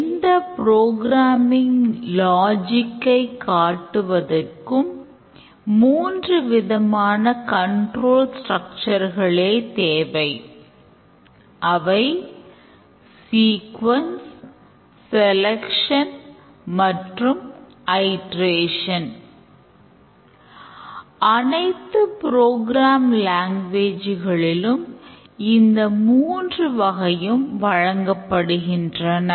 எந்த programming logic இந்த மூன்று வகையையும் வழங்குகின்றன